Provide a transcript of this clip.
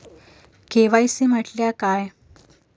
KYC म्हटल्या काय?